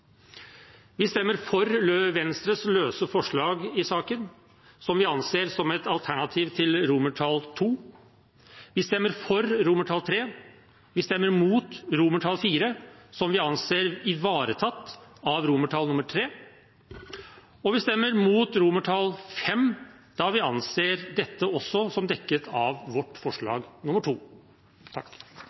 Vi stemmer for Venstres løse forslag i saken, som vi anser som et alternativ til II. Vi stemmer for III. Vi stemmer mot IV, som vi anser ivaretatt av III, og vi stemmer mot V, da vi anser dette også som dekket av vårt forslag